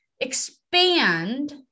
expand